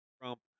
Trump